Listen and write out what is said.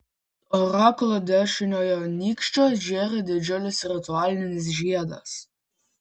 ant orakulo dešiniojo nykščio žėri didžiulis ritualinis žiedas